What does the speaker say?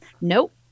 nope